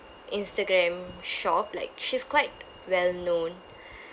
instagram shop like she's quite well-known